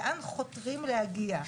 לאן חותרים להגיע?